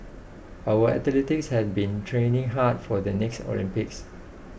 our athletes have been training hard for the next Olympics